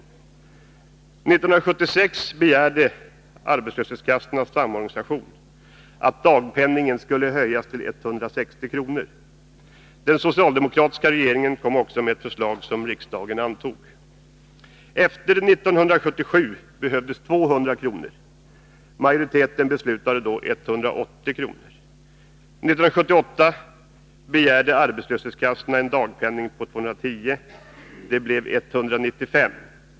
År 1976 begärde Arbetslöshetskassornas samorganisation att dagpenningen skulle höjas till 160 kr. Den socialdemokratiska regeringen kom också med ett förslag som riksdagen antog. Efter 1977 behövdes 200 kr. Majoriteten beslutade 180 kr. År 1978 begärde arbetslöshetskassorna en dagpenning på 110 kr. — det blev 195 kr.